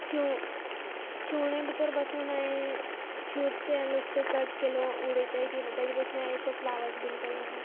शिव शिंवण भितोर बसून हांयें शिंवता तें लुगटां कट केलो उडयतात ती तेजे बसून हांयें एशेंको फ्लावर्स बीन केलो आहाय